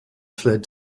fled